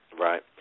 Right